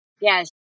Yes